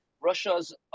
Russia's